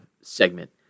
segment